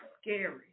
scary